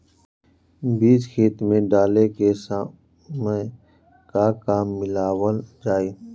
बीज खेत मे डाले के सामय का का मिलावल जाई?